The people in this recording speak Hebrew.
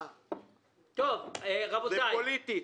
זה פוליטי,